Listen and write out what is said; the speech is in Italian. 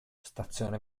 stazione